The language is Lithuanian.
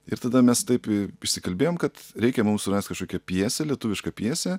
ir tada mes taip išsikalbėjom kad reikia mum surast kažkokią pjesę lietuvišką pjesę